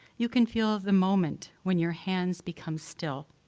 you can feel the moment when your hands become still,